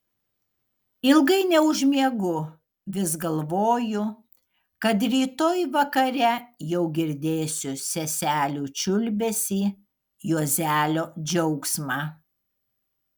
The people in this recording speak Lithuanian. ilgai neužmiegu vis galvoju kad rytoj vakare jau girdėsiu seselių čiulbesį juozelio džiaugsmą